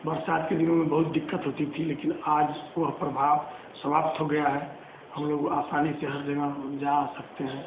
बरसात के दिनों में बहुत दिक्कत होती थी लेकिन आज वह प्रभाव समाप्त हो गया है हमलोग आसानी से हर जगह जा आ सकते हैं